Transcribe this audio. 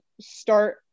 start